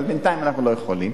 אבל בינתיים אנחנו לא יכולים,